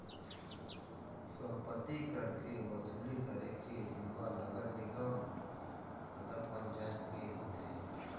सम्पत्ति कर के वसूली करे के जिम्मा नगर निगम, नगर पंचायत के होथे